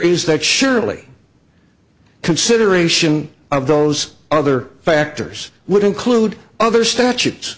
is that surely consideration of those other factors would include other statutes